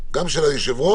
גם של היושב-ראש.